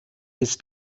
bis